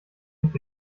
nicht